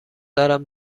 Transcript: دارم